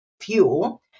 fuel